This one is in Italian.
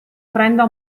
prenda